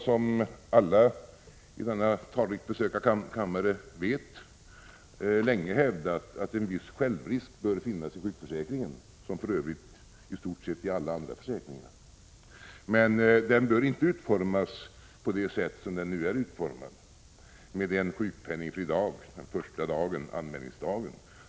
Som alla i denna talrikt besökta kammare vet, har vi länge hävdat att en viss självrisk bör finnas i sjukförsäkringen, liksom i stort sett alla andra försäkringar. Men den bör inte utformas på det sätt som den nu är utformad, med en sjukpenningfri dag, anmälningsdagen.